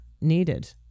needed